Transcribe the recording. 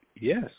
yes